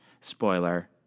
Spoiler